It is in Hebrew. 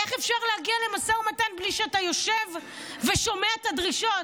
איך אפשר להגיע למשא ומתן בלי שאתה יושב ושומע את הדרישות?